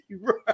right